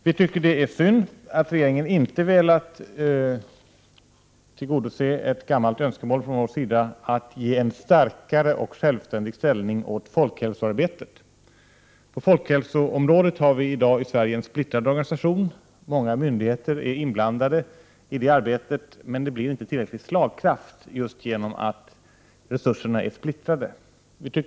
Vi tycker det är synd att regeringen inte velat tillgodose ett gammalt önskemål från folkpartiets sida om att ge en starkare och självständig ställning åt arbetet för en bättre folkhälsa. I Sverige har vi i dag en splittrad organisation på folkhälsoområdet. Många myndigheter är inblandade i arbetet, men de har inte en tillräckligt stor slagkraft, eftersom resurserna är splittrade.